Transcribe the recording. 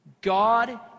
God